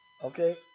Okay